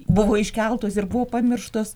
buvo iškeltos ir buvo pamirštos